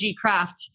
craft